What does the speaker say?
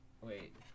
Wait